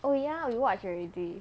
oh ya we watch already